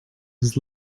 his